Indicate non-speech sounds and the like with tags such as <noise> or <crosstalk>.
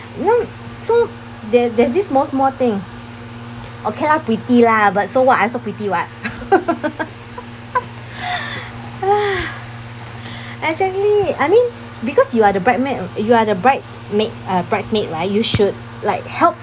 won't so there there's this small small thing okay lah pretty lah but so what I also pretty [what] <noise> <breath> <noise> actually I mean because you are the bridesmaid you are the bride maid uh bridesmaid right you should like help